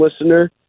listener